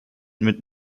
mit